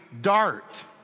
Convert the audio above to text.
dart